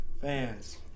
fans